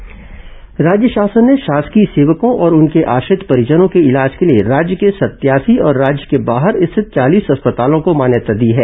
शासकीय सेवक अस्पताल मान्यता राज्य शासन ने शासकीय सेवकों और उनके आश्रित परिजनों के इलाज के लिए राज्य के सतयासी और राज्य के बाहर स्थित चालीस अस्पतालों को मान्यता दी है